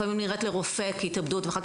התאבדות לפעמים נראית לרופא כהתאבדות ואחר